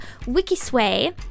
Wikisway